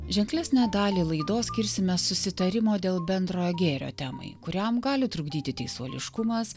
ženklesnę dalį laidos skirsime susitarimo dėl bendrojo gėrio temai kuriam gali trukdyti teisuoliškumas